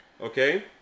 Okay